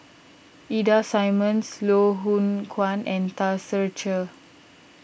Ida Simmons Loh Hoong Kwan and Tan Ser Cher